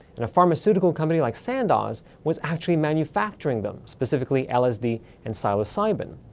and a pharmaceutical company like sandoz was actually manufacturing them, specifically lsd and psilocybin.